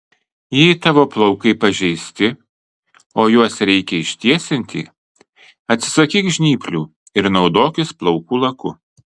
jei tavo plaukai pažeisti o juos reikia ištiesinti atsisakyk žnyplių ir naudokis plaukų laku